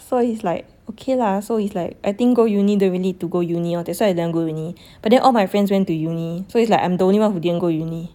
so it's like okay lah so it's like I think go uni don't even need to go uni lor that's why I never go uni but then all my friends went to uni so it's like I'm the only one who didn't go uni